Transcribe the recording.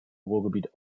ruhrgebiet